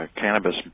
Cannabis